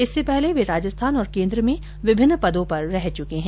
इससे पहले वे राजस्थान और केन्द्र में विभिन्न पदों पर रह चुके है